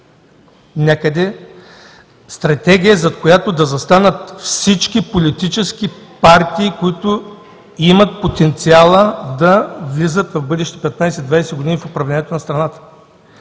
някъде, стратегия, за която да застанат всички политически партии, които имат потенциала да влизат в бъдещите 15-20 години в управлението на страната,